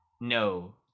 no